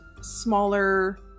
smaller